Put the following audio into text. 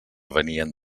venien